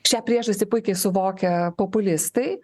šią priežastį puikiai suvokia populistai